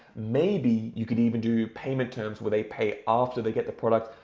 maybe you could even do payment terms where they pay after they get the product.